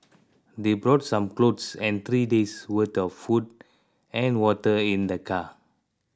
they brought some clothes and three days' worth of food and water in their car